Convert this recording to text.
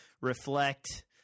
reflect